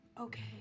okay